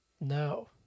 No